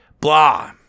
blah